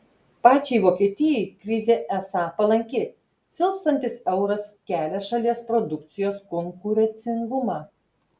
pačiai vokietijai krizė esą palanki silpstantis euras kelia šalies produkcijos konkurencingumą